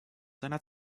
seiner